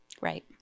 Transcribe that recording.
Right